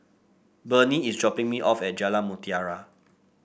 Bernie is dropping me off at Jalan Mutiara